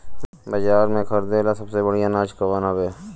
बाजार में खरदे ला सबसे बढ़ियां अनाज कवन हवे?